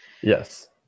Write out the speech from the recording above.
Yes